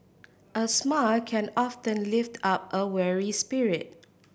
a smile can often lift up a weary spirit